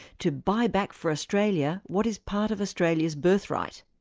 to buy back for australia what is part of australia's birthright.